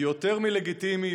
יותר מלגיטימי.